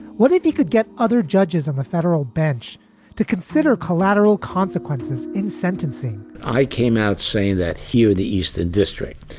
what if you could get other judges on the federal bench to consider collateral consequences in sentencing? i came out saying that here, the eastern district,